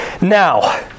Now